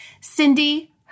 Cindy